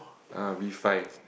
uh B five